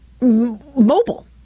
mobile